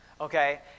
okay